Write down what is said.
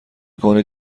کنید